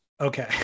Okay